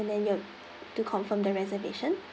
then your to confirm the reservation